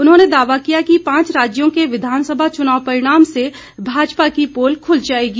उन्होंने दावा किया कि पांच राज्यों के विधानसभा चुनाव परिणाम से भाजपा की पोल खुल जाएगी